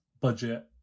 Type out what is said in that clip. budget